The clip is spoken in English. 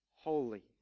holy